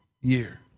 year